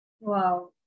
Wow